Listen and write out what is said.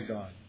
God